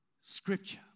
scripture